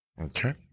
Okay